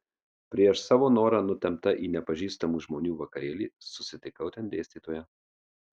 prieš savo norą nutempta į nepažįstamų žmonių vakarėlį susitikau ten dėstytoją